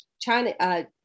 China